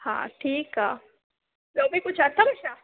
हा ठीकु आहे ॿियों बि कुझु अथव छा